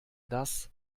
das